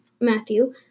Matthew